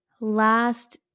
last